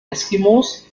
eskimos